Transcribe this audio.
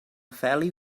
feli